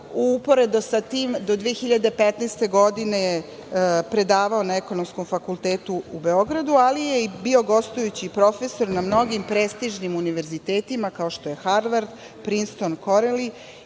Uporedo sa tim, do 2015. godine je predavao na Ekonomskom fakultetu u Beogradu, ali je bio gostujući profesor na mnogim prestižnim univerzitetima, kao što je Harvard, Prinston, Koreli.